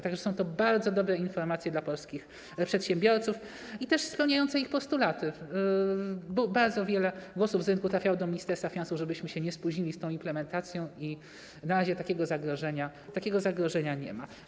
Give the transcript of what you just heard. Tak że są to bardzo dobre informacje dla polskich przedsiębiorców i też spełniające ich postulaty, bo bardzo wiele głosów z rynku trafiało do Ministerstwa Finansów, żebyśmy się nie spóźnili z tą implementacją, ale na razie takiego zagrożenia nie ma.